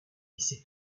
c’est